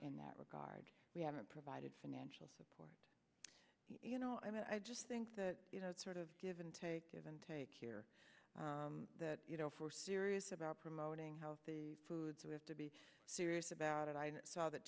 in that regard we haven't provided financial support you know i mean i just think that you know it's sort of give and take give and take here that you know for serious about promoting healthy foods we have to be serious about it i saw that